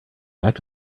back